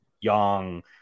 young